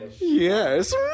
yes